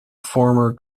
former